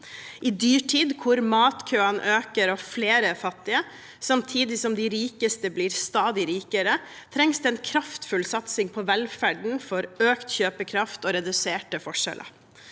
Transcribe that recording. I dyrtid, når matkøene øker og flere er fattige, samtidig som de rikeste blir stadig rikere, trengs det en kraftfull satsing på velferden for økt kjøpekraft og reduserte forskjeller.